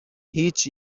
هیچ